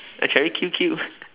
ah cherry Q_Q